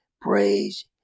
praise